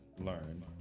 learn